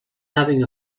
having